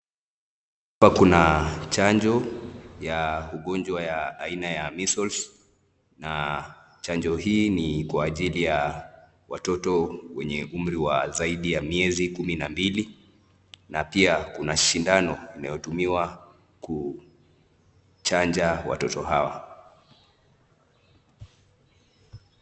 Hapa kuna chanjo ya ugonjwa ya aina ya Measles , na chanjo hii ni kwa ajili ya watoto wenye umri wa zaidi ya miezi kumi na mbili, na pia kuna sindano inayotumiwa kuchanja watoto hawa.